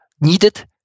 needed